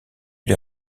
les